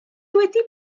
wedi